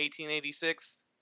1886